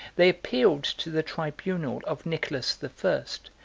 they appealed to the tribunal of nicholas the first,